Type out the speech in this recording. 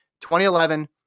2011